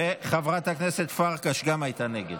וחברת הכנסת פרקש גם הייתה נגד.